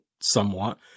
somewhat